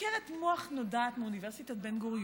חוקרת מוח נודעת מאוניברסיטת בן-גוריון,